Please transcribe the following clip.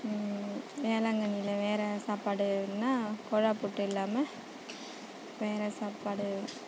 வேளாங்கண்ணியில் வேற சாப்பாடுனா குழா புட்டு இல்லாமல் வேற சாப்பாடு